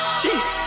jeez